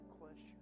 question